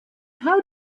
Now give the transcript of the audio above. how